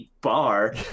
bar